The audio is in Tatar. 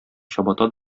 чабата